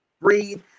breathe